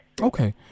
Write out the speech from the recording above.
Okay